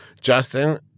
Justin